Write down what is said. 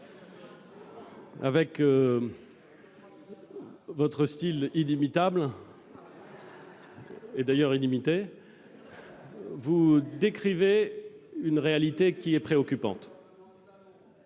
avec votre style inimitable et d'ailleurs inimité, vous décrivez une réalité préoccupante.